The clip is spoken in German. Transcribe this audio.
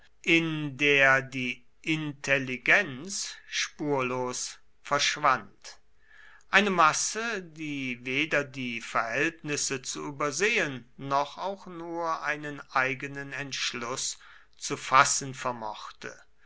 in der die intelligenz spurlos verschwand eine masse die weder die verhältnisse zu übersehen noch auch nur einen eigenen entschluß zu fassen vermochte